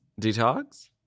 Detox